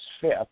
fifth